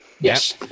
Yes